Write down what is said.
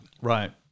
Right